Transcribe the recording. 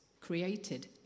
created